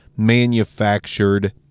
manufactured